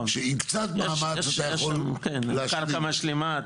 שעם קצת מאמץ אתה יכול --- יש שם קרקע משלימה,